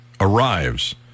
arrives